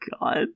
God